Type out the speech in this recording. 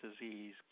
disease